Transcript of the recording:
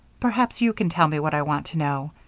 perhaps you can tell me what i want to know.